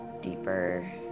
deeper